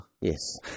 Yes